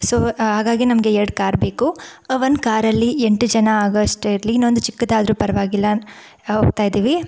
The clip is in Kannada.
ಸೊ ಹಾಗಾಗಿ ನಮಗೆ ಎರಡು ಕಾರ್ ಬೇಕು ಒಂದು ಕಾರಲ್ಲಿ ಎಂಟು ಜನ ಆಗೊ ಅಷ್ಟೇ ಇರಲಿ ಇನ್ನೊಂದು ಚಿಕ್ಕದಾದರೂ ಪರವಾಗಿಲ್ಲ ಹೋಗ್ತಾಯಿದ್ದೀವಿ